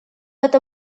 эта